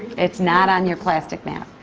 it's not on your plastic map.